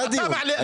היה דיון.